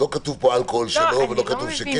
לא כתוב פה שאלכוהול לא, ולא כתוב שכן.